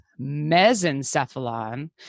mesencephalon